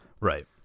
Right